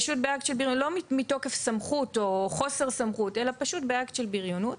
לא מתוקף סמכות או חוסר סמכות אלא פשוט באקט של בריונות,